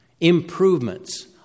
improvements